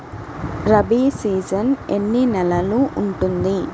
Rabi season ఎన్ని నెలలు ఉంటుంది?